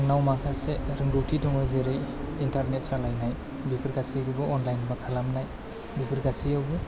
आंनाव माखासे रोंगथि दङ जेरै इन्टरनेट सालायनाइ बिफोर गासिखौबो अनलाइनबो खालामनाय बिफोर गासियावबो